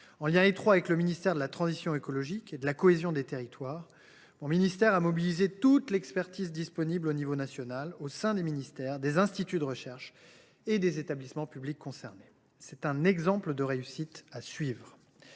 En lien étroit avec les ministères chargés de la transition écologique et de la cohésion des territoires, mon ministère a mobilisé toute l’expertise disponible au niveau national au sein de l’État, des instituts de recherche et des établissements publics concernés. Il s’agit là d’un exemple de réussite à suivre.